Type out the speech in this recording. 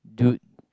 dude